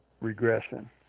regression